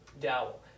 dowel